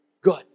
Good